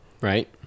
Right